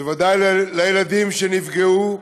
בוודאי לילדים שנפגעו,